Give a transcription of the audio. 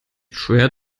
schwer